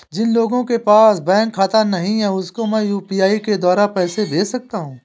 जिन लोगों के पास बैंक खाता नहीं है उसको मैं यू.पी.आई के द्वारा पैसे भेज सकता हूं?